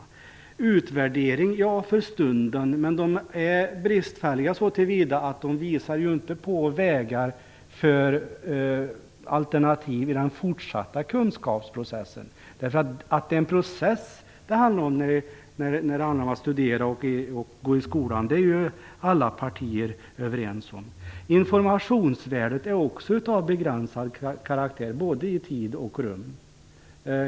De kan vara en utvärdering för stunden, men de är bristfälliga så till vida att de inte visar på alternativa vägar i den fortsatta kunskapsprocessen. Att det är en process när det handlar om att studera och gå i skolan är ju alla partier överens om. Informationsvärdet är också av begränsad karaktär, både i tid och rum.